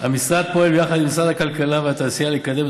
המשרד פועל יחד עם משרד הכלכלה והתעשייה לקדם את